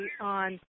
on